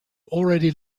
already